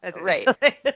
Right